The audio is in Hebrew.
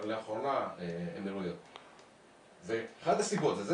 רק לאחרונה הראו לי, אחת הסיבות היא זו.